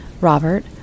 Robert